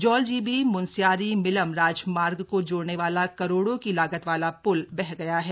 जौलजीबी म्नस्यारी मिलम राजमार्ग को जोड़ने वाला करोड़ों की लागत वाला पुल बह गया है